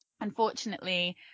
Unfortunately